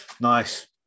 Nice